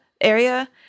area